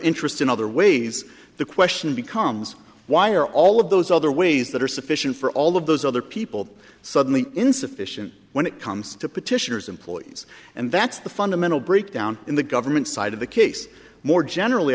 interests in other ways the question becomes why are all of those other ways that are sufficient for all of those other people suddenly insufficient when it comes to petitioners employees and that's the fundamental breakdown in the government side of the case more generally